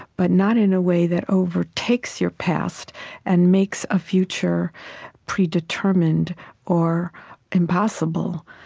but not in a way that overtakes your past and makes a future predetermined or impossible.